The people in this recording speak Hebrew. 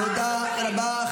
תודה רבה.